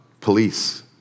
police